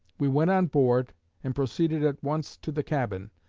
we went on board and proceeded at once to the cabin,